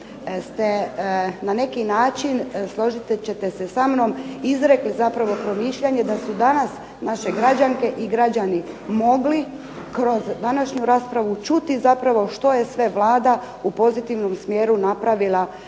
na neki način složit ćete se samnom izrekli zapravo promišljanje da su danas naše građanke i građani mogli kroz današnju raspravu čuti zapravo što je sve Vlada u pozitivnom smjeru napravila